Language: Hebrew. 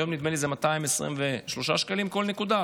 היום נדמה לי שזה 223 שקלים כל נקודה,